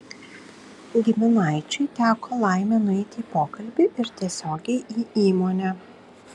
giminaičiui teko laimė nueiti į pokalbį ir tiesiogiai į įmonę